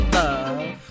love